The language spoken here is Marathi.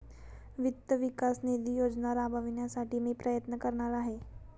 वित्त विकास निधी योजना राबविण्यासाठी मी प्रयत्न करणार आहे